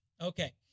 Okay